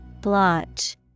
Blotch